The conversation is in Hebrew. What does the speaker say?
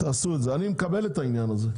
אני מקבל את העניין הזה.